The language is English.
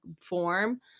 form